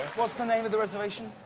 what's the name of the reservation?